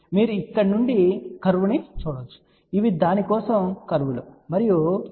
మీరు ఇక్కడ నుండి కర్వ్ ను చూడవచ్చు ఇవి దాని కోసం కర్వ్ లు మరియు అది 6 dBకి సమానం